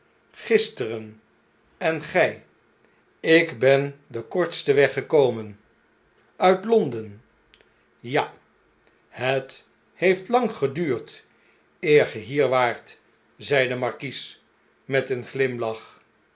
gisteren en gjj ik ben den kortsten weg gekomen uit l o n d e n j a het heeft lang geduurd eer ge hier waart zei de markies met een glimlacn